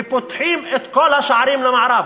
ופותחים את כל השערים למערב.